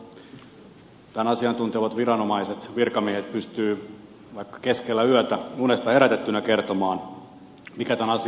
tämän asian tuntevat viranomaiset virkamiehet pystyvät vaikka keskellä yötä unesta herätettynä kertomaan mikä tämän asian laita on